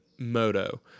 moto